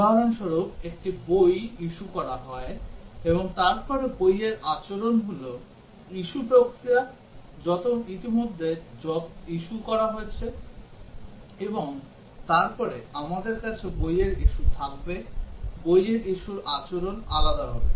উদাহরণস্বরূপ একটি বই ইস্যু করা হয় এবং তারপরে বইয়ের আচরণ হল ইস্যু প্রক্রিয়া ইতোমধ্যে ইস্যু করা হয়েছে এবং তারপরে আমাদের কাছে বইয়ের ইস্যু থাকবে বইয়ের ইস্যুর আচরণ আলাদা হবে